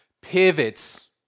pivots